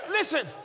Listen